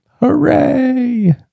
Hooray